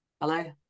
Hello